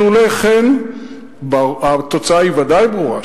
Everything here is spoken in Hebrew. שלולא כן התוצאה בוודאי ברורה,